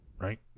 Right